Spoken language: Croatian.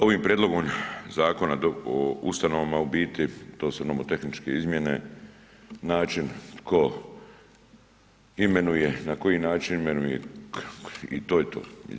Ovim prijedlogom Zakona o ustanovama u biti to su nomotehničke izmjene, način tko imenuje, na koji način imenuje i to je to.